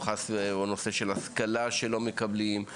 או נושא של השכלה שלא מקבלים,